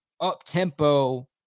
up-tempo